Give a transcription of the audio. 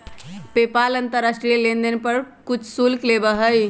PayPal अंतर्राष्ट्रीय लेनदेन पर कुछ शुल्क लेबा हई